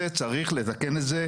לא מאשרת.